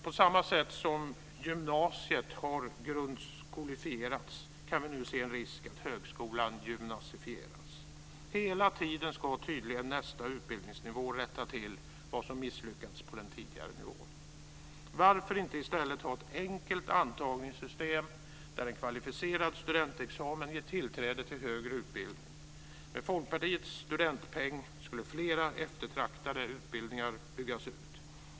På samma sätt som gymnasiet har grundeskolefierats tycker jag nu att vi kan se en risk att högskolan gymnasifieras. Hela tiden ska tydligen nästa utbildningsnivå rätta till vad som misslyckats på den tidigare nivån. Varför inte i stället ha ett enkelt antagningssystem där en kvalificerad studentexamen ger tillträde till högre utbildning? Med Folkpartiets studentpeng skulle flera eftertraktade utbildningar byggas ut.